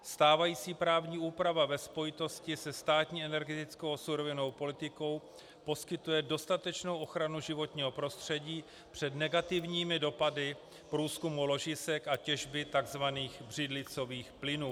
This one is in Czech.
Stávající právní úprava ve spojitosti se státní energetickou a surovinovou politikou poskytuje dostatečnou ochranu životního prostředí před negativními dopady průzkumu ložisek a těžby tzv. břidlicových plynů.